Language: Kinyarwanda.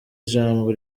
ijambo